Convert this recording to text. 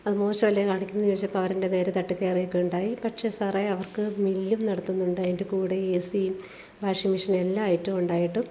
അത് മോശമല്ലേ കാണിക്കുന്നത് എന്ന് ചോദിച്ചപ്പോൾ അവർ എൻ്റെ നേരെ തട്ടിക്കയറയൊക്കെ ഉണ്ടായി പക്ഷേ സാറെ അവർക്ക് മില്ലും നടത്തുന്നുണ്ട് അതിൻ്റെ കൂടെ എ സിയും വാഷിംഗ് മെഷീൻ എല്ലാ ഐറ്റം ഉണ്ടായിട്ടും